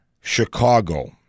Chicago